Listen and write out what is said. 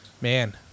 Man